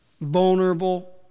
vulnerable